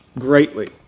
greatly